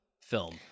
film